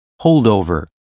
holdover